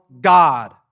God